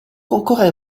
concorre